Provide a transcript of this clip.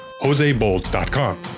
josebold.com